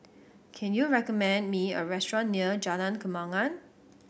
can you recommend me a restaurant near Jalan Kembangan